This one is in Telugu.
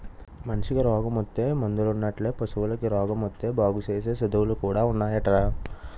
మనిసికి రోగమొత్తే మందులున్నట్లే పశువులకి రోగమొత్తే బాగుసేసే సదువులు కూడా ఉన్నాయటరా